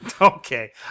Okay